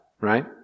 right